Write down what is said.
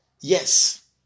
yes